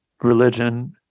religion